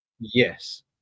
Yes